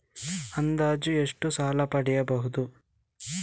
ಅಂದಾಜು ಎಷ್ಟು ಸಾಲ ಪಡೆಯಬಹುದು?